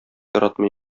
яратмый